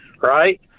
right